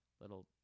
little